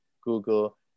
Google